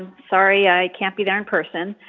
sorry i can't be there in person.